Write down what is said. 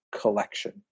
collection